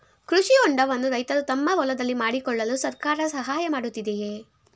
ಕೃಷಿ ಹೊಂಡವನ್ನು ರೈತರು ತಮ್ಮ ಹೊಲದಲ್ಲಿ ಮಾಡಿಕೊಳ್ಳಲು ಸರ್ಕಾರ ಸಹಾಯ ಮಾಡುತ್ತಿದೆಯೇ?